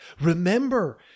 Remember